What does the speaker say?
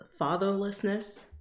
fatherlessness